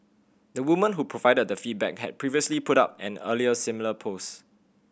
the woman who provided the feedback had previously put up an earlier similar post